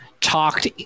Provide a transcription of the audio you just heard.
talked